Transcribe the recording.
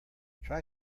try